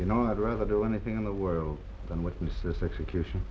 you know i'd rather do anything in the world than witness this execution